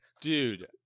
Dude